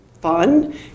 fun